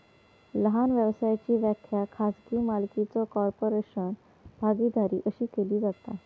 लहान व्यवसायाची व्याख्या खाजगी मालकीचो कॉर्पोरेशन, भागीदारी अशी केली जाता